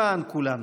למען כולנו.